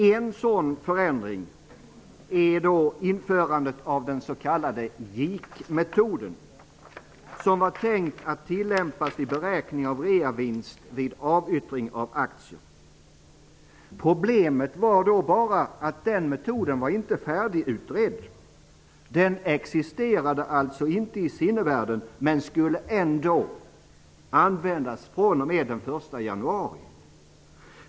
En sådan förändring är införandet av den s.k. JIK metoden, som man hade tänkt tillämpa för beräkning av reavinst vid avyttring av aktier. Problemet var bara att denna metod inte var färdigutredd. Den existerade alltså inte i sinnevärlden men skulle ändå användas fr.o.m. den 1 januari.